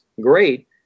great